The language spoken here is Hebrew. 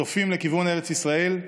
צופים לכיוון ארץ ישראל,